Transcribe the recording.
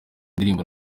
indirimbo